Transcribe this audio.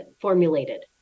formulated